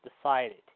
decided